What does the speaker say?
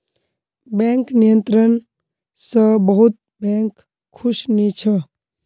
bank नियंत्रण स बहुत बैंक खुश नी छ